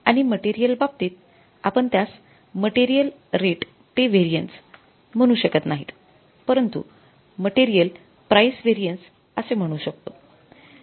आणि मटेरियल बाबतीत आपण त्यास मटेरियल रेट पे व्हेरिएन्स म्हणू शकत नाहीत परंतु मटेरियल परीस व्हेरिएन्स असं म्हणू शकतो